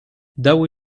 dały